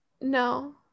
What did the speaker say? no